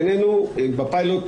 הפיילוט,